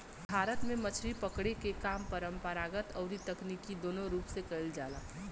भारत में मछरी पकड़े के काम परंपरागत अउरी तकनीकी दूनो रूप से कईल जाला